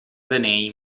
the